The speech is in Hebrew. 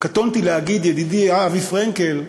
קטונתי להגיד ידידי אבי פרנקל,